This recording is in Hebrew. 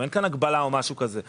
אין כאן הגבלה או משהו כזה.